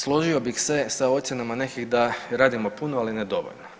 Složio bih se sa ocjenama nekih da radimo puno, ali ne dovoljno.